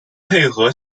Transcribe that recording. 配合